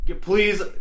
please